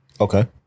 Okay